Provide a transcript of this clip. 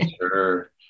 Sure